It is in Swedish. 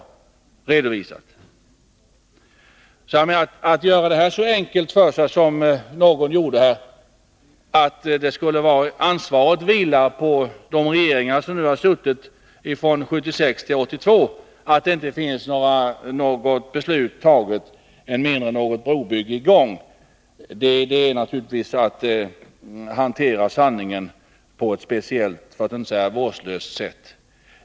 Att, som någon av talarna, göra det så enkelt för sig att man säger att ansvaret för att något beslut inte är fattat och att än mindre något brobygge är i gång vilar på de regeringar som haft ansvaret från 1976 till 1982 är att hantera sanningen på ett märkligt, för att inte säga vårdslöst, sätt.